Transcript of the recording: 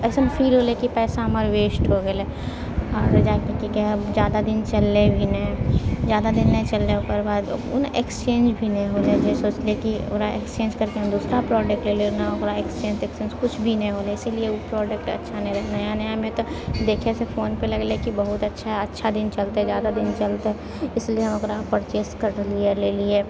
अइसन फील होलै कि पैसा हमर वेस्ट होय गेलै आओर जायकऽ की कहै जादा दिन चललै भी नै जादा दिन नै चललै ओकर बाद ऊ न एक्सचेञ्ज भी नै होलै जे सोचलियै कि ओकरा एक्सचेञ्ज करके हम दूसरा प्रोडक्ट ले लेबै न ओकरा एक्सचेञ्ज तेक्सचेञ्ज कुछ भी नै होलै इसीलिए ऊ प्रोडक्ट अच्छा नै रहै नया नयामे तऽ देखैसऽ फोन पऽ लगलै कि बहुत अच्छा अच्छा दिन चलतै जादा दिन चलतै इसलिए हम ओकरा परचेज करलियै लेलियै